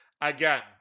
Again